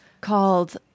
called